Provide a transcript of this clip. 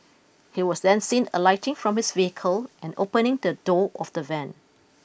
he was then see alighting from his vehicle and opening the door of the van